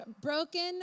broken